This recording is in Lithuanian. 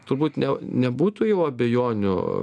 turbūt ne nebūtų jau abejonių